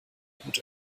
gut